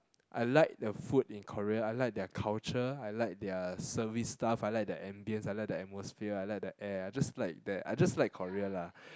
I like the food in Korea I like their culture I like their service staff I like the ambience I like the atmosphere I like the air I just like that I just like Korea lah